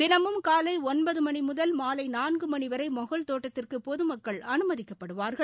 தினமும் காலை ஒன்பது மணி முதல் மாலை நான்கு மணி வரை மொகல் தோட்டத்திற்கு பொதமக்கள் அமைதிக்கப்படுவார்கள்